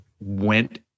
went